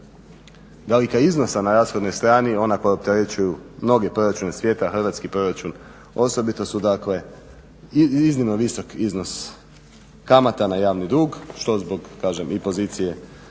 velika iznosa na rashodnoj strani, ona koja opterećuju mnoge proračune svijeta hrvatski proračun osobito su dakle iznimno visok iznos kamata na javni dug što zbog kažem i pozicije